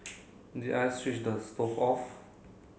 did I switch the stove off